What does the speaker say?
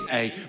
ayy